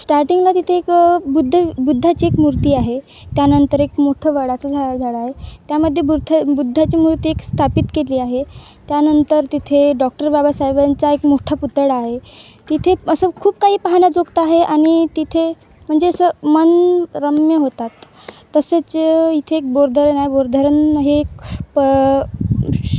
स्टार्टिंगला तिथे एक बुद्ध बुद्धाची एक मूर्ती आहे त्यानंतर एक मोठं वडाचं झा झाड आहे त्यामध्ये बुर्थ बुद्धाची मूर्ती एक स्थापित केली आहे त्यानंतर तिथे डॉक्टर बाबासाहेबांचा एक मोठा पुतळा आहे तिथे असं खूप काही पाहण्याजोगतं आहे आणि तिथे म्हणजे असं मन रम्य होतात तसेच इथे एक बोर धरण आहे बोर धरण हे एक प